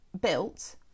built